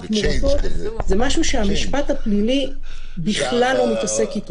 זה משהו שהמשפט הפלילי בכלל לא מתעסק אתו.